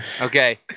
Okay